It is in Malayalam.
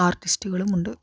ആര്ട്ടിസ്റ്റുകളും ഉണ്ട്